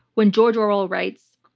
when george orwell writes,